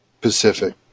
Pacific